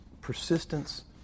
persistence